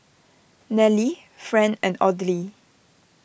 Nallely Fran and Audley